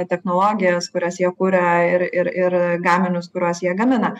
technologijas kurias jie kuria ir ir ir gaminius kuriuos jie gamina